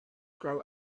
grow